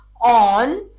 on